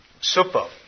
Super